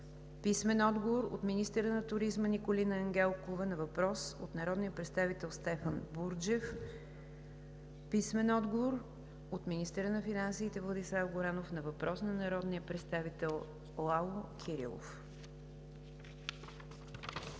Тишев; - министъра на туризма Николина Ангелкова на въпрос от народния представител Стефан Бурджев; - министъра на финансите Владислав Горанов на въпрос от народния представител Лало Кирилов.